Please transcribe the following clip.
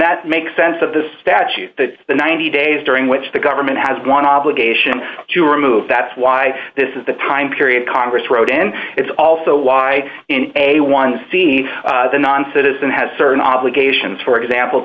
that makes sense of the statute that the ninety days during which the government has one obligation to remove that's why this is the time period congress wrote and it's also why in a one c the non citizen has certain obligations for example